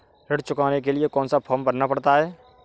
ऋण चुकाने के लिए कौन सा फॉर्म भरना पड़ता है?